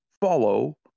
follow